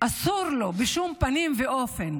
שאסור לו בשום פנים ואופן